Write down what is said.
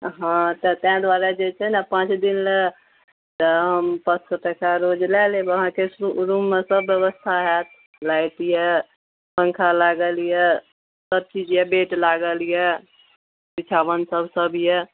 हँ तऽ ताहि दुआरे जे छै ने पाँच दिन लए हम पाँच सए टका रोज लए लेब अहाँके रूममे सब व्यवस्था होयत लाइट यै पंखा लागल यै सब चीज यै गेट लागल यै बिछाबन सब सब यै